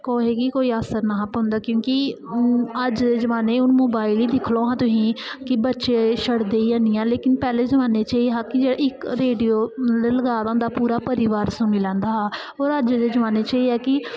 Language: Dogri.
कुसै गी कोई असर निं हा पौंदा क्योंकि अज्ज दे जमान्ने च हून मोबाइल गै दिक्खी लैओ हां तुसी कि बच्चे छड्डदे गै निं हैन लेकिन पैह्ले जमान्ने च एह् हा कि इक रेडियो मतलब लगा दा होंदा हा ते पूरा परिवार सुनी लैंदा हा ओह् अज्ज दे जमान्ने च एह् ऐ कि